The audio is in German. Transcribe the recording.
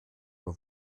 nur